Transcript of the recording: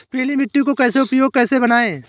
पीली मिट्टी को उपयोगी कैसे बनाएँ?